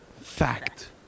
Fact